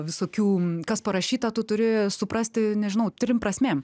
visokių kas parašyta tu turi suprasti nežinau trim prasmėm